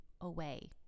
away